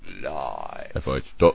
Live